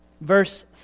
verse